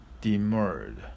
demurred